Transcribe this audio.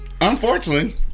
unfortunately